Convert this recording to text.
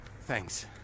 thanks